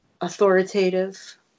authoritative